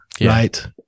right